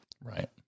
Right